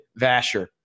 Vasher